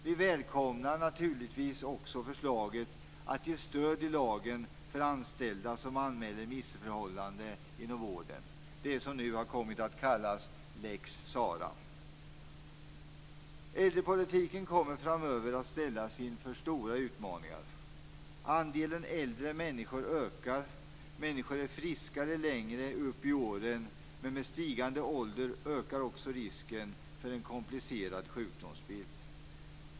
Vi välkomnar naturligtvis också förslaget att ge stöd i lagen för anställda som anmäler missförhållanden inom vården, det som nu har kommit att kallas lex Äldrepolitiken kommer framöver att ställas inför stora utmaningar. Andelen äldre personer ökar. Människor är friskare högre upp i åren men med stigande ålder ökar risken för en komplicerad sjukdomsbild.